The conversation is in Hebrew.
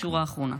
שורה אחרונה,